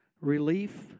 relief